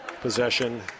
Possession